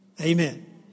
Amen